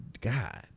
god